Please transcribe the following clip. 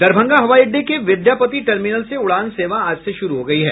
दरभंगा हवाई अड्डे के विद्यापति टर्मिनल से उड़ान सेवा आज से शुरू हो गई हैं